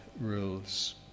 rules